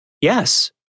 Yes